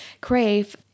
crave